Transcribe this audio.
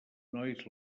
nois